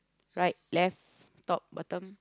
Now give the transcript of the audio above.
right left top bottom